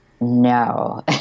No